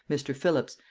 mr. philips,